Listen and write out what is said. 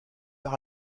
par